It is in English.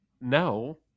no